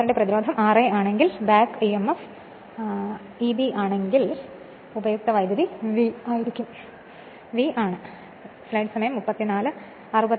ആർമേച്ചറിന്റെ പ്രതിരോധം r a ആണെങ്കിൽ back emf Eb ആണെങ്കിൽ ഉപയുക്ത വൈദ്യുതി V ആണ്